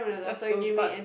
just don't start